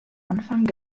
anfang